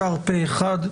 אושר פה-אחד.